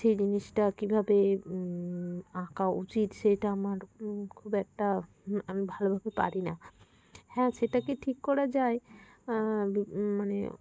সেই জিনিসটা কীভাবে আঁকা উচিৎ সেটা আমার খুব একটা আমি ভালোভাবে পারি না হ্যাঁ সেটাকে ঠিক করা যায় মানে